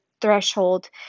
threshold